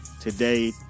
today